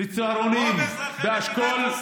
לצהרונים באשכול,